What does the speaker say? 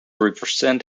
represent